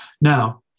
Now